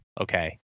Okay